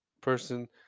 person